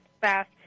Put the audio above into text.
fast